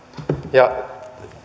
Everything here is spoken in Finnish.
ja